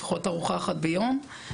לפחות ארוחה אחת ביום.